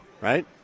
right